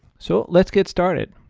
so let's get started.